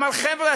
הוא אמר: חבר'ה,